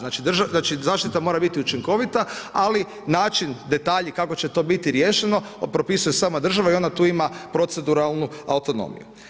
Znači zaštita mora biti učinkovita, ali način i detalji kako će to biti riješeno propisuje sama država i ona tu ima proceduralnu autonomiju.